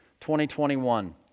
2021